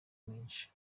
menshi